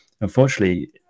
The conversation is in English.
unfortunately